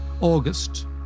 August